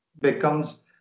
becomes